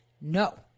No